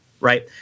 right